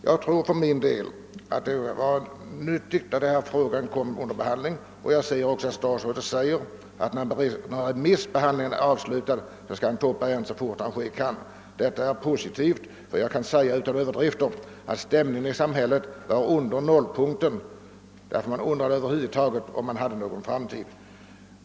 Jag tror att det var nyttigt att denna fråga kom under behandling. Statsrådet säger också att han, när remissbehandlingen är avslutad, skall ta upp ärendet så fort ske kan. Det är ett positivt besked. Jag kan säga utan Överdrift att stämningen i samhället är under nollpunkten, och man undrar där om det över huvud taget har någon framtid.